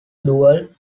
dual